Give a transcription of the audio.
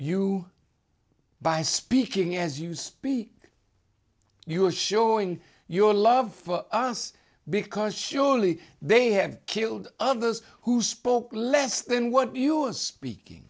you by speaking as you speak you are showing your love us because surely they have killed others who spoke less than what you are speaking